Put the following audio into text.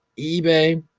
ebay,